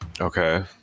Okay